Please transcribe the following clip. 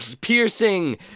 piercing